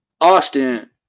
Austin